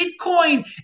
Bitcoin